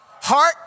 Heart